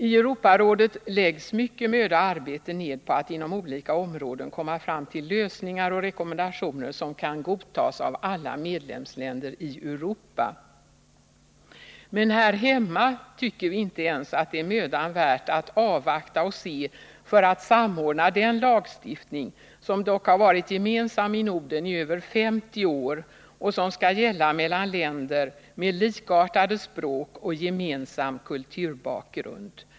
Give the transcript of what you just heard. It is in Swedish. I Europarådet läggs mycken möda och arbete ned på att inom olika områden komma fram till lösningar och rekommendationer, som kan godtas av alla medlemsländerna i Europa. Men här hemma tycker vi inte ens att det är mödan värt att avvakta och se för att samordna den lagstiftning som dock varit gemensam i Norden i över 50 år och som skall gälla mellan länder med likartade språk och gemensam kulturbakgrund.